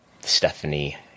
Stephanie